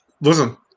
Listen